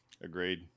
Agreed